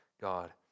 God